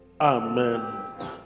Amen